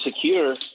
secure